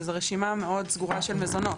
וזו רשימה מאוד סגורה של מזונות.